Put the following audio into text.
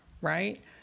right